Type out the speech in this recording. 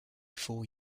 four